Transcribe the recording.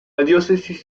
diócesis